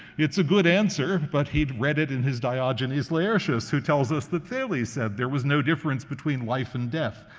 it's a good answer, but he'd read it in his diogenes laertius, who tells us that thales said there was no difference between life and death.